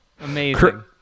Amazing